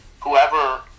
whoever